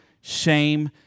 shame